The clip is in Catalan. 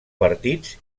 partits